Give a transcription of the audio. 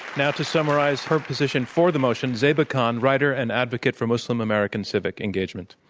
now to summarize her position for the motion, zeba khan, writer and advocate for muslim american civic engagement.